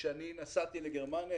כשאני נסעתי לגרמניה,